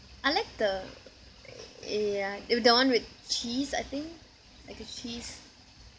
I like the ya udon with cheese I think like a cheese